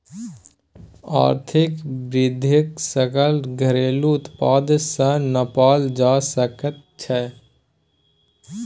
आर्थिक वृद्धिकेँ सकल घरेलू उत्पाद सँ नापल जा सकैत छै